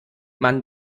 man